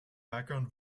background